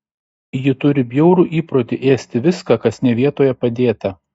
ji turi bjaurų įprotį ėsti viską kas ne vietoje padėta